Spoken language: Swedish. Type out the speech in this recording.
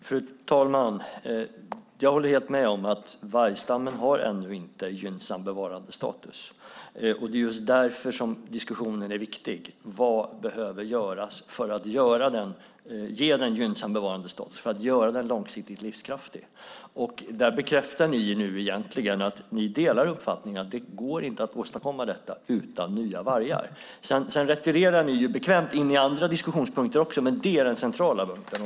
Fru talman! Jag håller helt med om att vargstammen ännu inte har en gynnsam bevarandestatus. Det är just därför diskussionen är viktig. Vad behöver göras för att skapa en gynnsam bevarandestatus och göra vargstammen långsiktigt livskraftig? Där bekräftar ni nu egentligen att ni delar uppfattningen att det inte går att åstadkomma detta utan nya vargar. Sedan retirerar ni bekvämt in i även andra diskussionspunkter, men detta är den centrala punkten.